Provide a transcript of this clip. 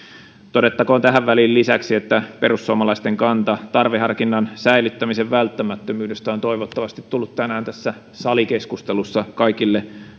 todettakoon tähän väliin lisäksi että perussuomalaisten kanta tarveharkinnan säilyttämisen välttämättömyydestä on toivottavasti tullut tänään tässä salikeskustelussa kaikille